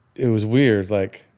it was weird, like,